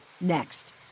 Next